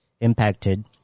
impacted